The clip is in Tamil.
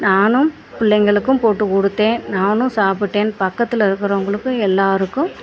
நானும் பிள்ளைங்களுக்கும் போட்டு கொடுத்தேன் நானும் சாப்பிட்டேன் பக்கத்தில் இருக்கிறவங்களுக்கு எல்லாருக்கும்